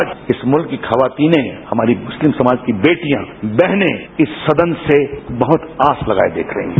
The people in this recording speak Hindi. आज इस मुल्क की ख्वातीने हमारे मुस्लिम समाज की बेटियां वहनें इस सदन से बहुत आस लगाए देख रही हैं